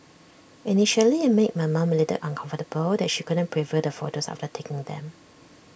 initially IT made my mom A little uncomfortable that she couldn't preview the photos after taking them